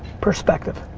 perspective.